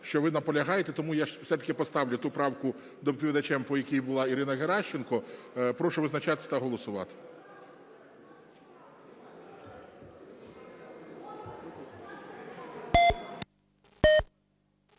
що ви наполягаєте. Тому я все-таки поставлю ту правку, доповідачем по якій була Ірина Геращенко. Прошу визначатися та голосувати.